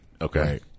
Okay